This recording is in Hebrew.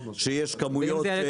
כשיש כמויות.